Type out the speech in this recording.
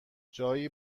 جایی